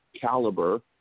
caliber